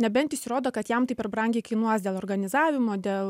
nebent jis įrodo kad jam tai per brangiai kainuos dėl organizavimo dėl